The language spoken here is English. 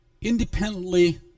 independently